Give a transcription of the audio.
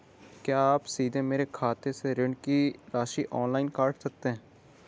क्या आप सीधे मेरे खाते से ऋण की राशि ऑनलाइन काट सकते हैं?